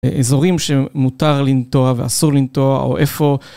אזורים שמותר לנטוע ואסור לנטוע, או איפה.